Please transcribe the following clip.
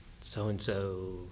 so-and-so